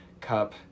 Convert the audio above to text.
Cup